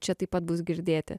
čia taip pat bus girdėti